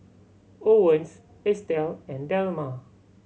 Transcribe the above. Owens Estelle and Delmer